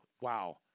wow